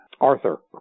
Arthur